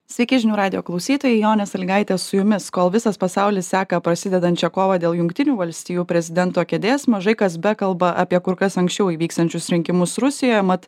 sveiki žinių radijo klausytojai jonė salygaitė su jumis kol visas pasaulis seka prasidedančią kovą dėl jungtinių valstijų prezidento kėdės mažai kas bekalba apie kur kas anksčiau įvyksiančius rinkimus rusijoje mat